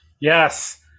Yes